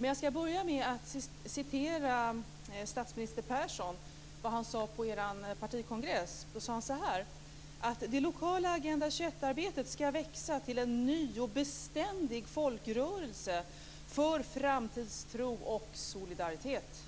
Jag skall börja med att citera vad statsminister Persson sade på er partikongress: "Det lokala Agenda 21-arbetet ska växa till en ny och beständig folkrörelse, för framtidstro och solidaritet."